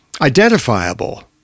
identifiable